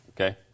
Okay